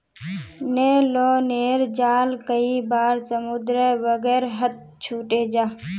न्य्लोनेर जाल कई बार समुद्र वगैरहत छूटे जाह